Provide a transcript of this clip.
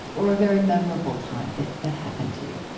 or a very memorable time that that happened to you?